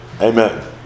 Amen